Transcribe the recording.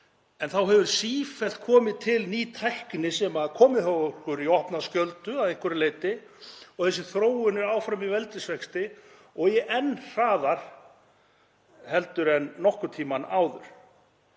en þá hefur sífellt komið til ný tækni sem kemur okkur í opna skjöldu að einhverju leyti. Þessi þróun er áfram í veldisvexti og enn hraðar heldur en nokkurn tímann áður,